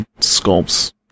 sculpts